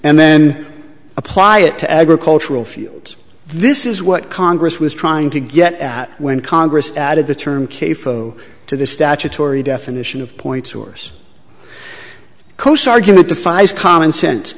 and then apply it to agricultural fields this is what congress was trying to get at when congress added the term k fo to the statutory definition of point source coast argument defies common sense